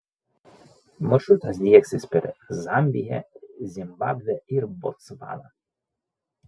maršrutas drieksis per zambiją zimbabvę ir botsvaną